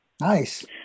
Nice